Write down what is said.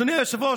אדוני היושב-ראש,